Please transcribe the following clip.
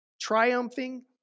triumphing